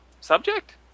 subject